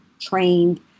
trained